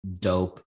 dope